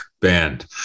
band